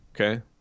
okay